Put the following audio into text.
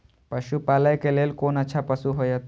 पशु पालै के लेल कोन अच्छा पशु होयत?